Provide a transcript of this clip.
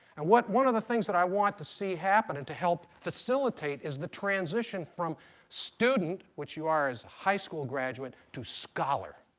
and what one of the things that i want to see happen and to help facilitate is the transition from student, which you are as a high school graduate, to scholar.